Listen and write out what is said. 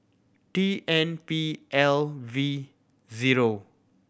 T N P L V zero